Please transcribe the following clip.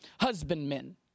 husbandmen